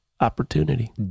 opportunity